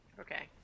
Okay